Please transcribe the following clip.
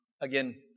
again